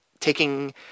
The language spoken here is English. Taking